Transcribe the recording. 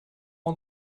ils